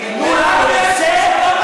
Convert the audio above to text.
ייתנו לנו את זה,